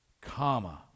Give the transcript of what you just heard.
Comma